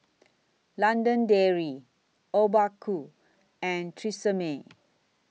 London Dairy Obaku and Tresemme